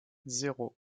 zéro